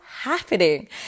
happening